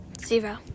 Zero